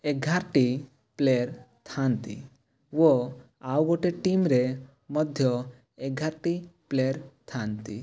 ଏଗାରଟି ପ୍ଲେୟାର୍ ଥାନ୍ତି ଓ ଆଉ ଗୋଟେ ଟିମ୍ରେ ମଧ୍ୟ ଏଗାରଟି ପ୍ଲେୟାର୍ ଥାନ୍ତି